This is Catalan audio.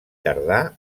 tardà